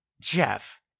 Jeff